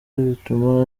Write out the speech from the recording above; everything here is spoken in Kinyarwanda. bituma